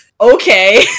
Okay